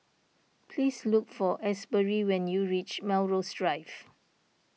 please look for Asbury when you reach Melrose Drive